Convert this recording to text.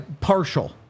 partial